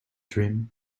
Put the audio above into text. dream